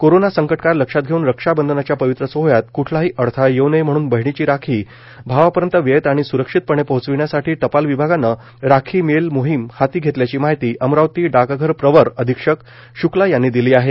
corona संकटकाळ लक्षात घेऊन रक्षाबंधनाच्या पवित्र सोहळ्यात कृठलाही अडथळा येऊ नये म्हणून बहिणीची राखी भावापर्यंत वेळेत आणि स्रक्षितपणे पोहोचविण्यासाठी टपाल विभागानं राखी मेल मोहिम हाती घेतल्याची माहिती अमरावती डाकघर प्रवर अधीक्षक श्क्ला यांनी दिली आहे